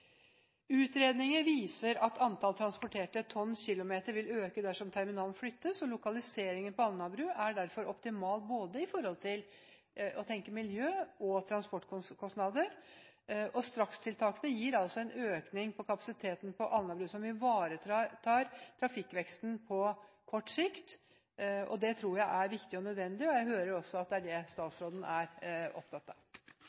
Utredninger viser at antall transporterte tonnkilometer vil øke dersom terminalen flyttes. Lokaliseringen på Alnabru er derfor optimal når det gjelder å tenke både miljø og transportkostnader. Strakstiltakene gir en økning på kapasiteten på Alnabru som ivaretar trafikkveksten på kort sikt. Det tror jeg er viktig og nødvendig, og jeg hører også at det er det statsråden er opptatt av.